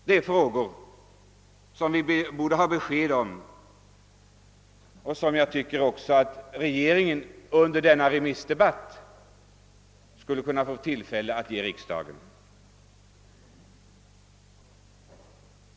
— Det är frågor som vi borde få svar på, och jag tycker att regeringen under denna remissdebatt skulle kunna få tillfälle att lämna riksdagen dessa besked.